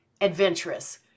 adventurous